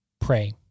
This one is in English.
Pray